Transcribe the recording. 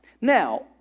Now